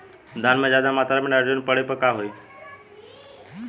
धान में ज्यादा मात्रा पर नाइट्रोजन पड़े पर का होई?